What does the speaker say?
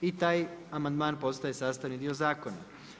I taj amandman postaje sastavni dio zakona.